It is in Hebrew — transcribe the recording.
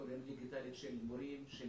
האוריינות הדיגיטלית של מורים ושל